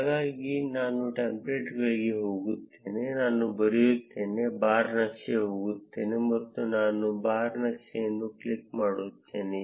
ಹಾಗಾಗಿ ನಾನು ಟೆಂಪ್ಲೇಟ್ಗಳಿಗೆ ಹೋಗುತ್ತೇನೆ ನಾನು ಬರೆಯುತ್ತೇನೆ ಬಾರ್ ನಕ್ಷೆ ಹೋಗುತ್ತೇನೆ ಮತ್ತು ನಾನು ಈ ಬಾರ್ ನಕ್ಷೆಯನ್ನು ಕ್ಲಿಕ್ ಮಾಡುತ್ತೇನೆ